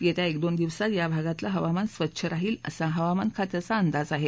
येत्या एक दोन दिवसात या भागातलं हवामान स्वच्छ राहिल असा हवामान खात्याचा अंदाज आहे